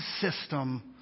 system